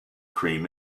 cream